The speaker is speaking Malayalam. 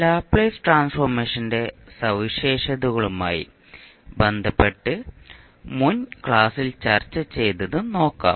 ലാപ്ലേസ് ട്രാൻസ്ഫോർമേഷന്റെ സവിശേഷതകളുമായി ബന്ധപ്പെട്ട മുൻ ക്ലാസ്സിൽ ചർച്ച ചെയ്തത് നോക്കാം